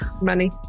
money